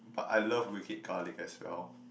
but I love Wicked Garlic as well